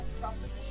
proposition